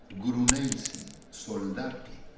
gruneisen, soldati,